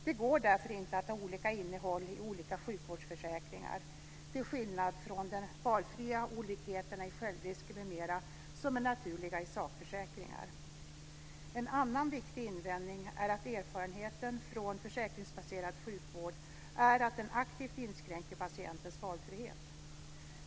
Det går därför inte att ha olika innehåll i olika sjukvårdsförsäkringar, till skillnad från de valfria olikheterna i självriskerna m.m. som är naturliga i sakförsäkringar. En annan viktig invändning är att erfarenheten från försäkringsbaserad sjukvård är att den aktivt inskränker patientens valfrihet.